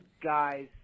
guy's